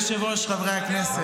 אדוני היושב-ראש, חברי הכנסת.